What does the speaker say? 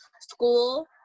school